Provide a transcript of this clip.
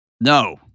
No